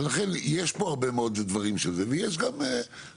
אז יש פה הרבה מאוד דברים ויש גם דיון